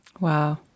Wow